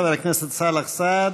חבר הכנסת סאלח סעד,